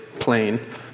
Plane